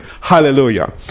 Hallelujah